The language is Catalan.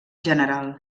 general